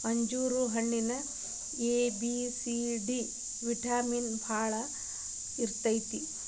ಅಂಜೂರ ಹಣ್ಣಿನೊಳಗ A, B, C, D vitamin ಬಾಳ ಇರ್ತೈತಿ